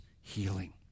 healing